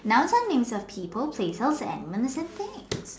nouns are names of people place of the element is that fate